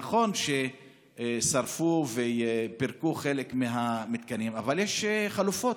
נכון ששרפו ופירקו חלק מהמתקנים, אבל יש חלופות.